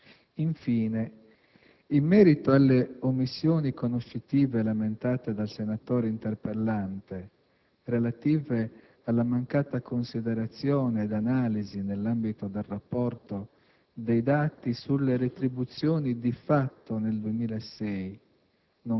Infine, in merito alle omissioni conoscitive lamentate dal senatore interpellante, relative alla mancata considerazione ed analisi nell'ambito del rapporto dei dati sulle retribuzioni di fatto nel 2006,